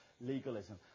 legalism